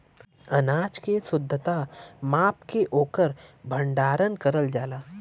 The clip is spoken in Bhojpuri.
अनाज के शुद्धता माप के ओकर भण्डारन करल जाला